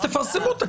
אז תפרסמו את הכללים.